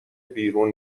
بیرون